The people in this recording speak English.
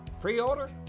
Pre-order